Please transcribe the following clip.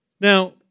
Now